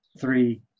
three